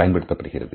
பயன்படுத்தப்படுகிறது